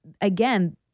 again